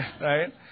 right